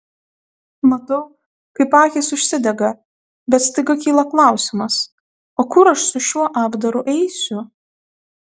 matau kaip akys užsidega bet staiga kyla klausimas o kur aš su šiuo apdaru eisiu